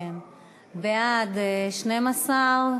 בעד, 12,